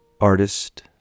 artist